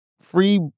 free